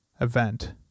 event